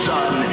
Son